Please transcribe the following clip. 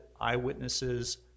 Eyewitnesses